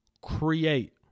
create